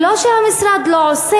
היא לא שהמשרד לא עושה,